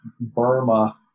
Burma